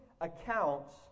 accounts